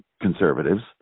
conservatives